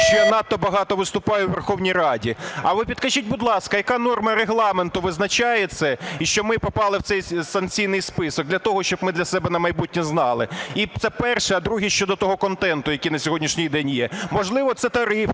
що я надто багато виступаю у Верховній Раді. А ви підкажіть, будь ласка, яка норма Регламенту визначає це, і що ми попали в цей санкційний список, для того, щоб ми для себе на майбутнє знали. Це перше. І друге. Щодо того контенту, який на сьогоднішній день є. Можливо, це тарифна